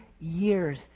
years